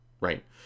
right